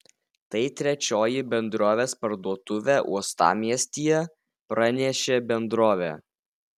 tai trečioji bendrovės parduotuvė uostamiestyje pranešė bendrovė